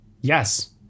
Yes